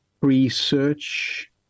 Research